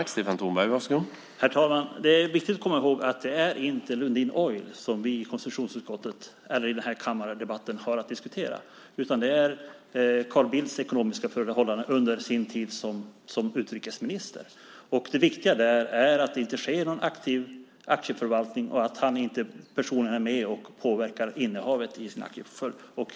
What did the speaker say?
Herr talman! Det är viktigt att komma ihåg att det inte är Lundin Oil som vi i denna kammardebatt har att diskutera, utan det är Carl Bildts ekonomiska förehavanden under hans tid som utrikesminister. Det viktiga där är att det inte sker någon aktiv aktieförvaltning och att han inte personligen är med och påverkar innehavet i sin aktieportfölj.